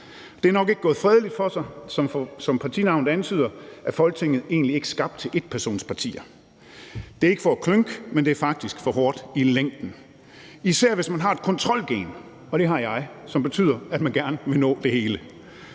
Det er nok ikke gået fredeligt for sig, som partinavnet ellers antyder, for Folketinget er egentlig ikke skabt til enpersonspartier. Det er ikke for at klynke, men det er faktisk for hårdt i længden. Især hvis man har et kontrolgen – det har jeg – som betyder, at man gerne vil nå det hele,